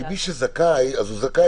מי שזכאי הוא זכאי,